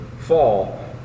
fall